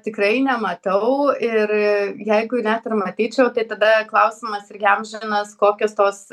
tikrai nematau ir jeigu net ir matyčiau tai tada klausimas irgi amžinas kokios tos